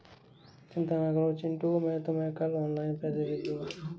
चिंता ना करो चिंटू मैं तुम्हें कल ऑनलाइन पैसे भेज दूंगा